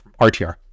RTR